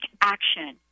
action